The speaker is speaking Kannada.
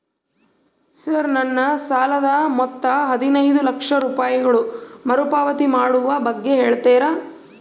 ಸರ್ ನನ್ನ ಸಾಲದ ಮೊತ್ತ ಹದಿನೈದು ಲಕ್ಷ ರೂಪಾಯಿಗಳು ಮರುಪಾವತಿ ಮಾಡುವ ಬಗ್ಗೆ ಹೇಳ್ತೇರಾ?